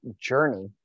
journey